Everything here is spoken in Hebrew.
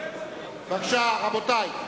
רבותי,